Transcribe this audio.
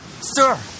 Sir